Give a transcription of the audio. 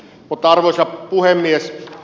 arvoisa puhemies